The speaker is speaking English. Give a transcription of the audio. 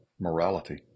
morality